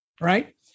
right